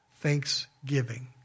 thanksgiving